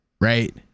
Right